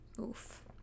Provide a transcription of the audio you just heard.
Oof